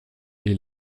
est